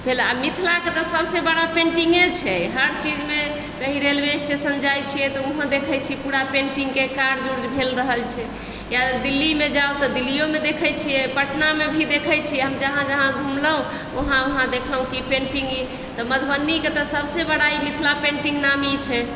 आ मिथिला के तऽ सब से बड़ा पेंटिंगे छै हर चीज मे कहीं रेलवे स्टेशन जाइ छियै तऽ ओहू मे देखै छियै पूरा पेंटिंग के काज उज भेल रहल छै या दिल्ली मे जाउ तऽ दिल्लीयो मे देखै छियै पटना मे भी देखै छियै हम जहाँ जहाँ घुमलहुॅं वहां वहां देखलहुॅं कि पेंटिंग ई मधुबनी के तऽ सबसे बड़ा ई मिथिला पेंटिंग नामी छै